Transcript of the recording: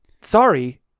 sorry